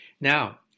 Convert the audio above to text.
Now